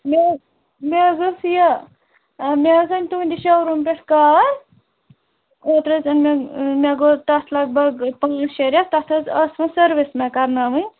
مےٚ مےٚ حظ ٲسۍ یہِ مےٚ حظ أنۍ تُہٕنٛدِ شوروٗم پٮ۪ٹھ کار اوتٕرٕ حظ أنۍ مےٚ مےٚ گوۄ تَتھ لَگ بَگ پانٛژھ شےٚ ریٚتھ تَتھ حظ ٲسۍ سٕروِس مےٚ کَرٕناوٕنۍ